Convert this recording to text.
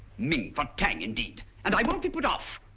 ming for tang indeed and i won't be put off.